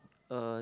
uh